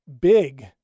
big